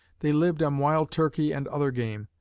they lived on wild turkey and other game.